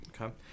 okay